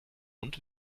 und